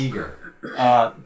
eager